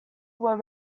were